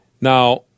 Now